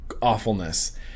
awfulness